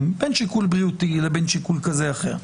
בין שיקול בריאותי לבין שיקול כזה או אחר.